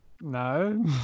No